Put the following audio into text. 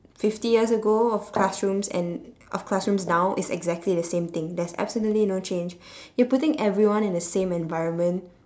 fifty years ago of classrooms and of classrooms now it's exactly the same thing there's absolutely no change you're putting everyone in the same environment